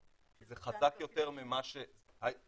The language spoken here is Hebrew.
זה חזק יותר מהאזור האישי